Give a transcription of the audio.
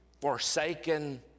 forsaken